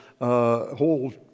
whole